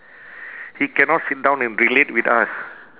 he cannot sit down and relate with us